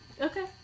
Okay